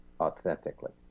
authentically